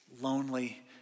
lonely